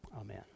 Amen